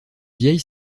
vieille